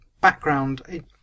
background